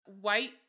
white